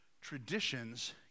traditions